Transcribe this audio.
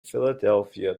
philadelphia